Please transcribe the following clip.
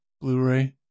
Blu-ray